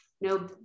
no